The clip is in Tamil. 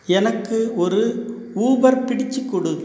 எனக்கு ஒரு ஊபர் பிடித்து கொடு